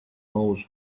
always